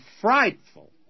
frightful